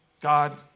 God